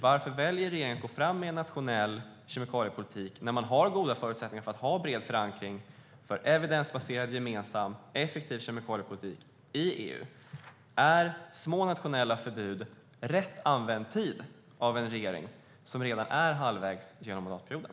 Varför väljer regeringen att gå fram med en nationell kemikaliepolitik när man har goda förutsättningar för en bred förankring för en evidensbaserad, gemensam och effektiv kemikaliepolitik i EU? Är små nationella förbud rätt sätt att använda tiden för en regering som redan är halvvägs genom mandatperioden?